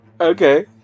Okay